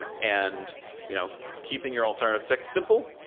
and and you know keeping your alternative text simple